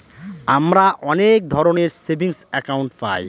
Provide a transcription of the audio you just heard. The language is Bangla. আমরা অনেক ধরনের সেভিংস একাউন্ট পায়